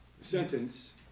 sentence